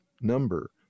number